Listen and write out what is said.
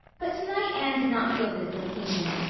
but tonight anne did not feel this so keenly.